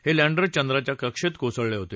हे लँडर चंद्राच्या कक्षेत कोसळले होते